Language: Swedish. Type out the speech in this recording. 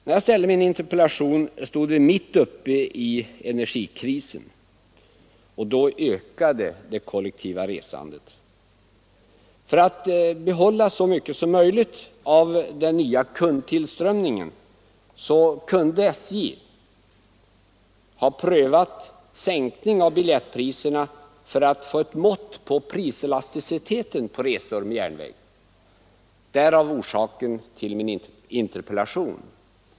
När jag framställde min interpellation stod vi mitt uppe i energikrisen, och då ökade det kollektiva resandet. För att behålla så mycket som möjligt av den nya kundtillströmningen kunde SJ ha prövat sänkning av biljettpriserna i syfte att få ett mått på priselasticiteten för resor med järnväg. Det var avsikten med min interpellation.